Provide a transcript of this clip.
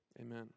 amen